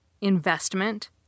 investment